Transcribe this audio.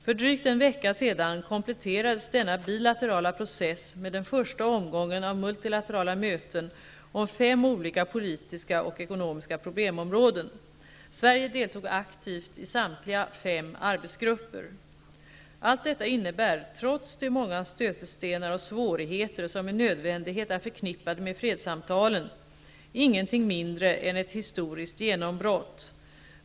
För drygt en vecka sedan kompletterades denna bilaterala process med den första omgången av multilaterala möten om fem olika politiska och ekonomiska problemområden. Sverige deltog aktivt i samtliga fem arbetsgrupper. Allt detta innebär -- trots de många stötestenar och svårigheter som med nödvändighet är förknippade med fredssamtalen -- ingenting mindre än ett historiskt genombrott.